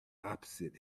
opposite